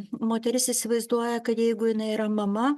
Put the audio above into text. moteris įsivaizduoja kad jeigu jinai yra mama